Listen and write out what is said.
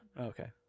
Okay